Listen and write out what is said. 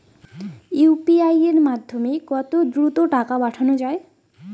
UPI এর মাধ্যমে কত দ্রুত টাকা পাঠানো যায়?